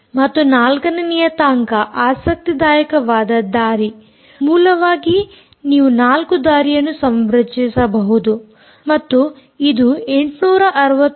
ಮತ್ತು ನಾಲ್ಕನೇ ನಿಯತಾಂಕ ಆಸಕ್ತಿದಾಯಕವಾದ ದಾರಿ ಮೂಲವಾಗಿ ನೀವು 4 ದಾರಿಯನ್ನು ಸಂರಚಿಸಬಹುದು ಮತ್ತು ಇದು 865